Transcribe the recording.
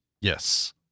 Yes